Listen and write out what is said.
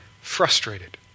frustrated